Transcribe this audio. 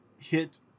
hit